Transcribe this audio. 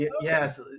yes